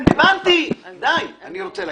הבנתי, די.